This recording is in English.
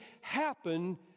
happen